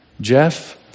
Jeff